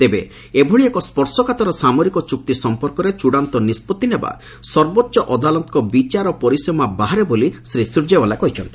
ତେବେ ଏଭଳି ଏକ ସ୍ୱର୍ଶକାତର ସାମରିକ ଚୁକ୍ତି ସମ୍ପର୍କରେ ଚୂଡାନ୍ତ ନିଷ୍ପଭି ନେବା ସର୍ବୋଚ୍ଚ ଅଦାଲତଙ୍କ ବିଚାର ପରିସୀମା ବାହାରେ ବୋଲି ଶ୍ରୀ ସ୍ୱର୍ଯ୍ୟେବାଲା କହିଛନ୍ତି